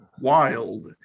wild